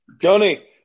Johnny